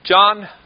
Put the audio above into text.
John